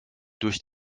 durch